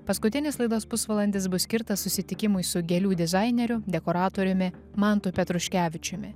paskutinis laidos pusvalandis bus skirtas susitikimui su gėlių dizaineriu dekoratoriumi mantu petruškevičiumi